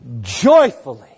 joyfully